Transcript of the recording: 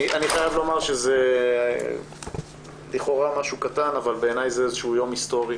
אני חייב לומר שזה לכאורה משהו קטן אבל בעיניי זה איזשהו יום היסטורי